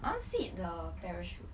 I want sit the parachute